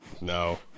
No